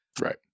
right